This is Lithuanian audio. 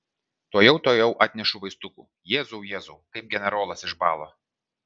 tuojau tuojau atnešu vaistukų jėzau jėzau kaip generolas išbalo